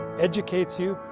educates you,